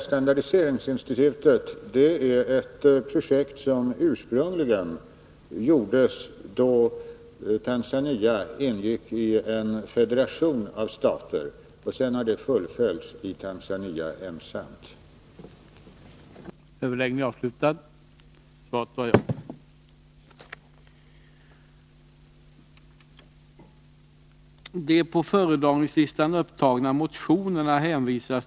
Standardiseringsinstitutet är ett projekt som startades då Tanzania ingick i en federation av stater, och sedan har det fullföljts i Tanzania som ensamt land.